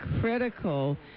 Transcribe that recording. critical